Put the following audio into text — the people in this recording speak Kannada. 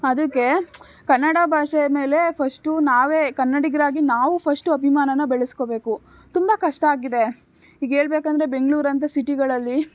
ಅದಕ್ಕೆ ಕನ್ನಡ ಭಾಷೆಯ ಮೇಲೆ ಫಶ್ಟು ನಾವೇ ಕನ್ನಡಿಗರಿಗಾಗಿ ನಾವು ಫಶ್ಟು ಅಭಿಮಾನನ ಬೆಳೆಸ್ಕೊಬೇಕು ತುಂಬ ಕಷ್ಟ ಆಗಿದೆ ಈಗ ಹೇಳ್ಬೇಕಂದ್ರೆ ಬೆಂಗಳೂರಂಥ ಸಿಟಿಗಳಲ್ಲಿ